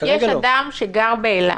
יש אדם שגר באילת.